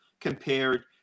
compared –